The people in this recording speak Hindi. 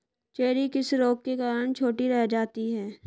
चेरी किस रोग के कारण छोटी रह जाती है?